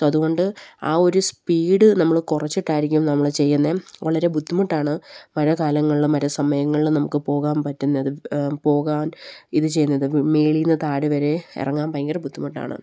so അതുകൊണ്ട് ആ ഒരു സ്പീഡ് നമ്മൾ കുറച്ചിട്ടായിരിക്കും നമ്മൾ ചെയ്യുന്നത് വളരെ ബുദ്ധിമുട്ടാണ് മഴക്കാലങ്ങളിലും മഴ സമയങ്ങളിലും നമുക്ക് പോകാൻ പറ്റുന്നത് പോകാൻ ഇത് ചെയ്യുന്നത് മുകളിൽ നിന്ന് താഴെ വരെ ഇറങ്ങാൻ ഭയങ്കര ബുദ്ധിമുട്ടാണ്